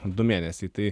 du mėnesiai tai